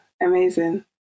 Amazing